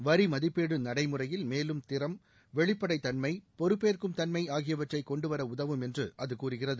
வரி மதிப்பீடு நடைமுறையில் மேலும் திறம் வெளிப்படைத் தன்மை பொறுப்பேற்கும் தன்மை ஆகியவற்றை கொண்டு வர உதவும் என்று அது கூறுகிறது